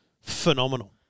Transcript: phenomenal